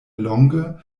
longe